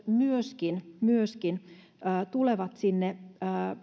myöskin myöskin indeksikorotukset tulevat sinne